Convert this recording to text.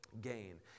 gain